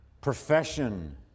profession